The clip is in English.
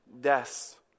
deaths